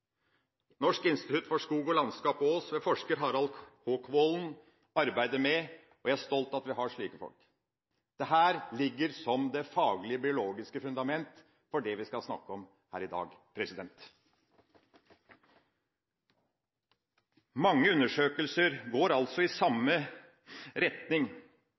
Norsk institutt for skog og landskap, Ås, ved forsker Harald H. Kvaalen, arbeider med, og jeg er stolt over at vi har slike folk. Dette ligger som det faglige, biologiske fundament for det vi skal snakke om her i dag. Mange undersøkelser går altså i samme retning,